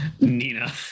Nina